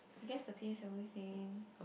I guess the P_S_L_E thing